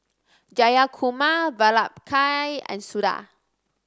Jayakumar Vallabhbhai and Suda